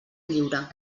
lliure